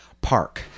Park